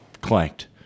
clanked